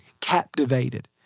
captivated